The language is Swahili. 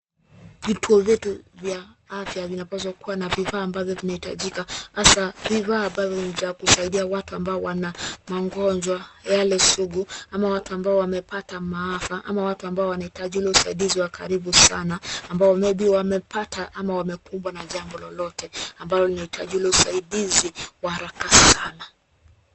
Vituo vyetu vya afya vinapaswa kuwa na vifaa ambavyo vinahitajika hasa vifaa ambavyo ni vya kusaidia watu ambao wana mangonjwa yale sugu, ama watu ambao wamepata maafa, ama watu ambao wanahitaji ule usaidizi wa karibu sana ambao maybe wamepata ama wamekumbwa na jambo lolote ambalo linahitaji ule usaidizi wa haraka sana.